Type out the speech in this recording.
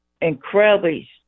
incredibly